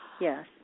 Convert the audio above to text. yes